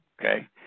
okay